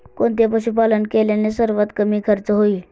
कोणते पशुपालन केल्याने सर्वात कमी खर्च होईल?